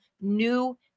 new